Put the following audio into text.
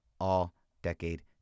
all-decade